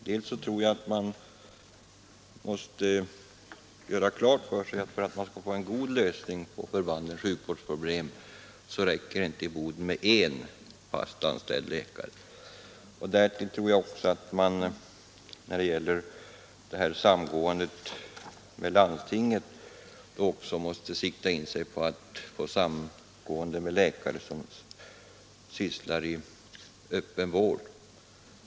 Dels tror jag att man måste göra klart för sig att det för att få en god lösning på förbandens sjukvårdsproblem i Boden inte räcker med en fast anställd läkare, dels tror jag att man vid samgåendet med landstinget måste sikta in sig på ett samarbete med läkare i öppen vård.